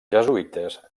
jesuïtes